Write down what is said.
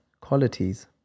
qualities